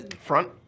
Front